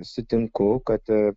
sutinku kad